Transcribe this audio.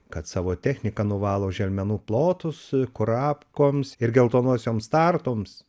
kad savo technika nuvalo želmenų plotus kurapkoms ir geltonosioms startoms